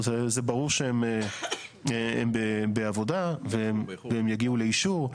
זה ברור שהן בעבודה והן יגיעו לאישור.